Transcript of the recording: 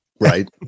right